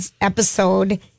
episode